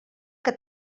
que